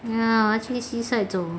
ya 我要去 seaside 走